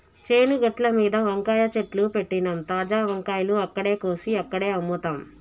చేను గట్లమీద వంకాయ చెట్లు పెట్టినమ్, తాజా వంకాయలు అక్కడే కోసి అక్కడే అమ్ముతాం